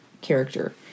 character